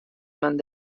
men